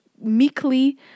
meekly